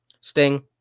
Sting